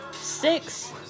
Six